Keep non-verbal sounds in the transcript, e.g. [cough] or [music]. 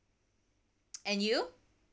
[noise] and you